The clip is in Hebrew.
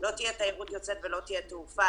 אם לא תהיה תיירות יוצאת ולא תהיה תעופה,